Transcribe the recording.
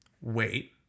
wait